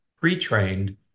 Pre-Trained